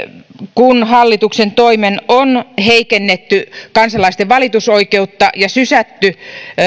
kun hallituksen toimin on heikennetty kansalaisten valitusoikeutta ja sysätty